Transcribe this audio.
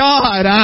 God